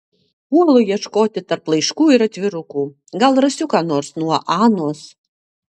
puolu ieškoti tarp laiškų ir atvirukų gal rasiu ką nors nuo anos